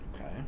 okay